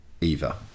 Eva